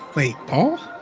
wait. paul?